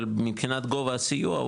אבל מבחינת גובה הסיוע,